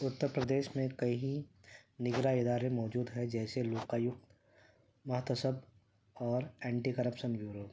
اتر پردیش میں کئی نگراں ادارے موجود ہیں جیسے لوک آیکت مہتسب اور اینٹی کرپسن بیورو